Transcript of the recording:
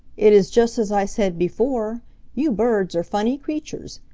it is just as i said before you birds are funny creatures.